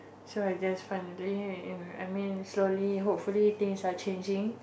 so I guess finally I mean slowly hopefully things are changing